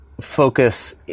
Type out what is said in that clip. focus